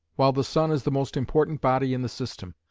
while the sun is the most important body in the system,